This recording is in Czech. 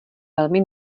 velmi